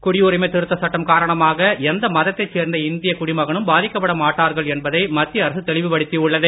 குடியுரிமை திருத்த சட்டம் காரணமாக எந்த மதத்தைச் சேர்ந்த இந்திய குடிமகனும் பாதிக்கப்பட மாட்டார்கள் என்பதை மத்திய அரசு தெளிவுபடுத்தி உள்ளது